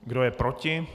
Kdo je proti?